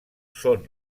són